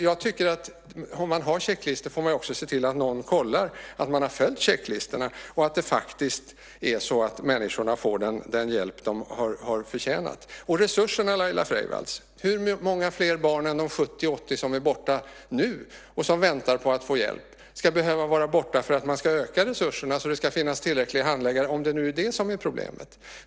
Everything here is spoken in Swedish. Jag tycker att om man har checklistor får man också se till att någon kontrollerar att man har följt checklistorna och att människorna faktiskt får den hjälp som de har förtjänat. Beträffande resurserna, Laila Freivalds: Hur många fler barn än de 70-80 som är borta nu och som väntar på att få hjälp ska behöva vara borta för att man ska öka resurserna så att det finns tillräckligt många handläggare, om det nu är det som är problemet?